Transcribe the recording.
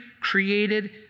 created